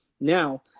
Now